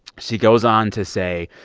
she goes on to say,